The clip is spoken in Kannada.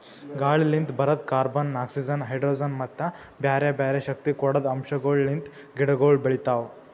ಗಾಳಿಲಿಂತ್ ಬರದ್ ಕಾರ್ಬನ್, ಆಕ್ಸಿಜನ್, ಹೈಡ್ರೋಜನ್ ಮತ್ತ ಬ್ಯಾರೆ ಬ್ಯಾರೆ ಶಕ್ತಿ ಕೊಡದ್ ಅಂಶಗೊಳ್ ಲಿಂತ್ ಗಿಡಗೊಳ್ ಬೆಳಿತಾವ್